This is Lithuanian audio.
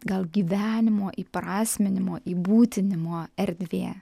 gal gyvenimo įprasminimo įbūtinimo erdvė